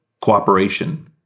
cooperation